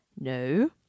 No